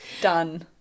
done